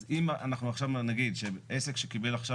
אז אם אנחנו עכשיו נגיד שעסק שקיבל עכשיו